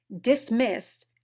dismissed